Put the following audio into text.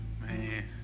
man